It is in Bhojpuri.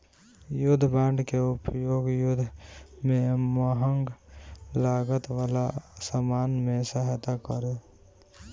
युद्ध बांड के उपयोग युद्ध में महंग लागत वाला सामान में सहायता करे